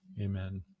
Amen